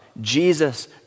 Jesus